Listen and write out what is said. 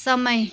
समय